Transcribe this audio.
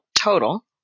total